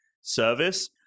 service